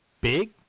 big